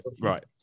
right